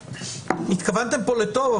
התכוונתם פה לטוב,